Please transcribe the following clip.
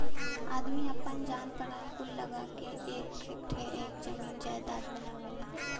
आदमी आपन जान परान कुल लगा क एक एक ठे जमीन जायजात बनावेला